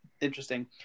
interesting